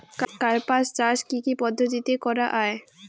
কার্পাস চাষ কী কী পদ্ধতিতে করা য়ায়?